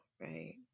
right